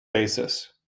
basis